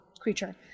creature